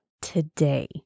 today